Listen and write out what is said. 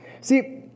See